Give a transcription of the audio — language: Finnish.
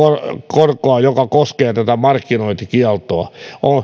korkoa joka koskee tätä markkinointikieltoa